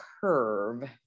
curve